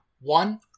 One